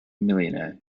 millionaire